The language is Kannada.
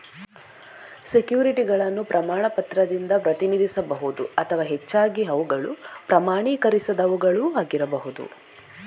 ಸೆಕ್ಯುರಿಟಿಗಳನ್ನು ಪ್ರಮಾಣ ಪತ್ರದಿಂದ ಪ್ರತಿನಿಧಿಸಬಹುದು ಅಥವಾ ಹೆಚ್ಚಾಗಿ ಅವುಗಳು ಪ್ರಮಾಣೀಕರಿಸದವುಗಳು ಆಗಿರಬಹುದು